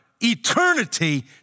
eternity